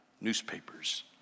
newspapers